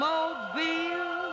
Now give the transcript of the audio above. Mobile